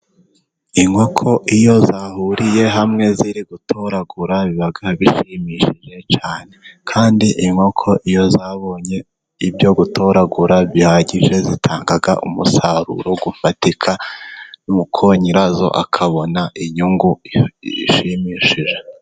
Inkoko iyo zahuriye hamwe ziri gutoragura, biba bishimishije cyane. Kandi inkoko iyo zabonye ibyo gutoragura bihagije, zitanga umusaruro ufatika nuko nyirazo akabona inyungu ishimishije.